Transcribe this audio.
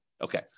Okay